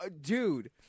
Dude